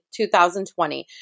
2020